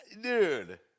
dude